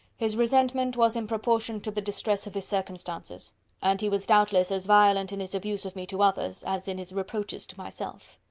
his resentment was in proportion to the distress of his circumstances and he was doubtless as violent in his abuse of me to others as in his reproaches to myself.